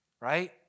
right